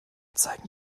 zeigen